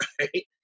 right